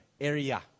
Area